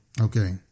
Okay